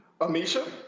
Amisha